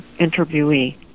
interviewee